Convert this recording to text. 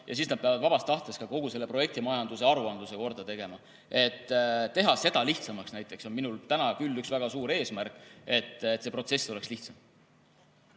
ja siis nad peavad vabast tahtest ka kogu selle projektimajanduse aruandluse korda tegema. Seda tuleks teha lihtsamaks. Minul on täna küll üks väga suur eesmärk: et see protsess oleks lihtsam.